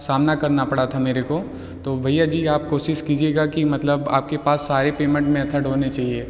सामना करना पड़ा था मेरे को तो भैया जी आप कोशिश कीजिएगा कि मतलब आप के पास सारे पेमेंट मेथड होने चाहिए